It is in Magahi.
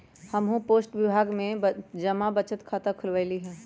हम्हू पोस्ट विभाग में जमा बचत खता खुलवइली ह